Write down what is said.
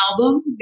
album